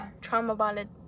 trauma-bonded